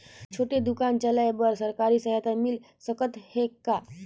छोटे दुकान चलाय बर सरकारी सहायता मिल सकत हे का?